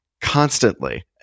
constantly